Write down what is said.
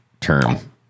term